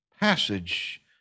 passage